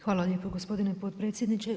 Hvala vam lijepo gospodine potpredsjedniče.